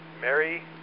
Mary